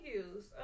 use